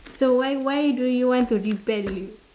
so why why do you want to rebel